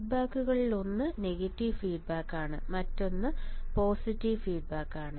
ഫീഡ്ബാക്കുകളിലൊന്ന് negative ഫീഡ്ബാക്കാണ് മറ്റൊരു feedback positive ഫീഡ്ബാക്കാണ്